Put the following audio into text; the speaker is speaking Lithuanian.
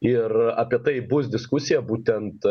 ir apie tai bus diskusija būtent